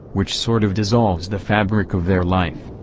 which sort of dissolves the fabric of their life.